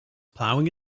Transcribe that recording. plowing